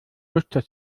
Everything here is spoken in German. muster